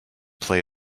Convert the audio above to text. play